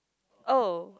oh